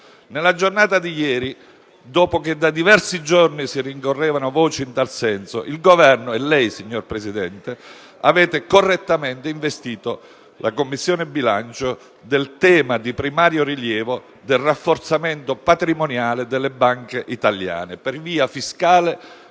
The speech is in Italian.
Nella giornata di ieri, dopo che da diversi giorni si rincorrevano voci in tal senso, il Governo e lei, signor Presidente, avete correttamente investito la Commissione bilancio del tema di primario rilievo del rafforzamento patrimoniale delle banche italiane per via fiscale